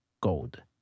gold